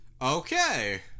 Okay